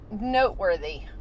noteworthy